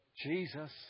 Jesus